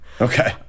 Okay